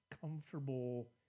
comfortable